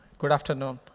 good afternoon.